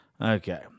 Okay